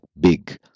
big